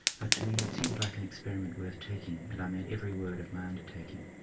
but to me it seemed like an experiment worth taking, and i meant every word of my undertaking.